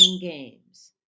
games